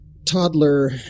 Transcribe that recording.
toddler